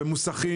וגם בעלי מוסכים.